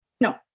No